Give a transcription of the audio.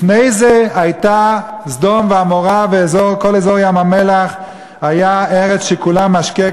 לפני כן היו סדום ועמורה וכל אזור ים-המלח ארץ שכולה משקה.